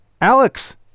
alex